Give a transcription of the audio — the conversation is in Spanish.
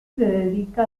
dedica